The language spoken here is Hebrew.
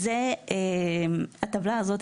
הטבלה הזו,